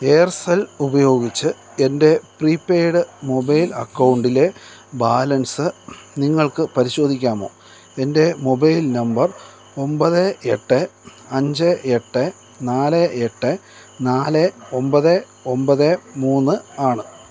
Aircel ഉപയോഗിച്ച് എൻ്റെ prepaid mobile അക്കൗണ്ടിലെ ബാലൻസ് നിങ്ങൾക്ക് പരിശോധിക്കാമോ എൻ്റെ മൊബൈൽ നമ്പർ ഒമ്പത് എട്ട് അഞ്ച് എട്ട് നാല് എട്ട് നാല് ഒമ്പത് ഒമ്പത് മൂന്ന് ആണ്